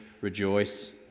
rejoice